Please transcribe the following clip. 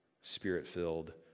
spirit-filled